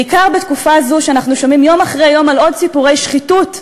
בעיקר בתקופה הזו שאנחנו שומעים יום אחרי יום על עוד סיפורי שחיתות,